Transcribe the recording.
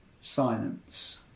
silence